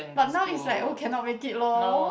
but now it's like oh cannot make it lor